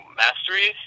mastery